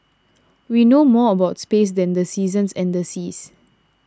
we know more about space than the seasons and the seas